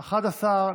מאשר,